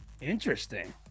Interesting